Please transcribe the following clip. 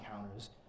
encounters